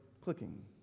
clicking